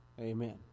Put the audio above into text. Amen